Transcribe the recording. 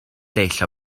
dull